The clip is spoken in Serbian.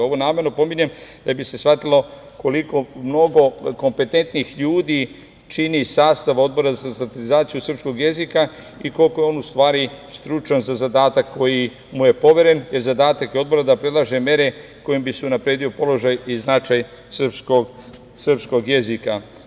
Ovo namerno pominjem da bi se shvatilo koliko mnogo kompetentnih ljudi čini sastav Odbora za standardizaciju srpskog jezika i koliko je on u stvari stručan za zadatak koji mu je poveren jer zadatak Odbora je da predlaže mere kojim bi se unapredio položaj i značaj srpskog jezika.